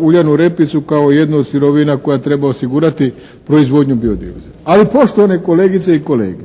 uljanu repicu kao jednu od sirovina koja treba osigurati proizvodnju bio-dizela. Ali poštovane kolegice i kolege